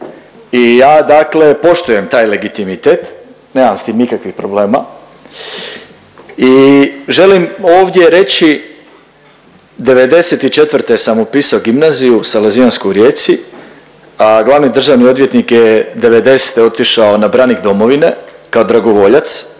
I ja dakle poštujem taj legitimitet, nemam s tim nikakvih problema. I želim ovdje reći '94. sam upisao Gimnaziju salezijansku u Rijeci, a glavni državni odvjetnik je '90. otišao na branik domovine kao dragovoljac